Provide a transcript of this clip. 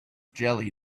jelly